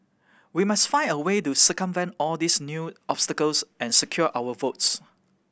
we must find a way to circumvent all these new obstacles and secure our votes